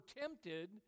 tempted